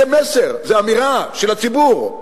זה מסר, זאת אמירה של הציבור.